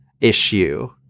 issue